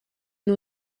nhw